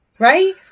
Right